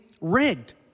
rigged